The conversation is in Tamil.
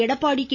எடப்பாடி கே